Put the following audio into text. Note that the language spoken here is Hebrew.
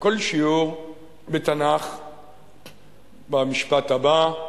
כל שיעור בתנ"ך במשפט הבא: